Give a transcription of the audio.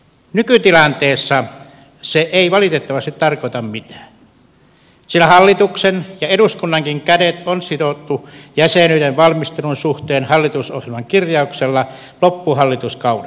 nykytilanteessa se ei valitettavasti tarkoita mitään sillä hallituksen ja eduskunnankin kädet on sidottu jäsenyyden valmistelun suhteen halli tusohjelman kirjauksella loppuhallituskaudeksi